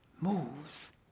moves